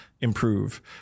improve